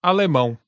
Alemão